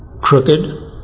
crooked